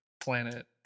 planet